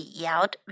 yelled